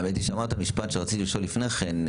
אמרת משפט ורציתי לשאול לפני כן,